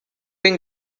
bin